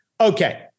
Okay